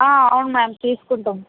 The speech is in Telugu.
అవును మ్యామ్ తీసుకుంటాం